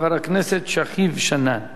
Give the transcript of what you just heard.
חבר הכנסת שכיב שנאן.